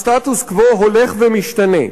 הסטטוס-קוו הולך ומשתנה.